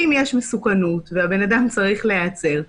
אם יש מסוכנות והבן אדם צריך להיעצר,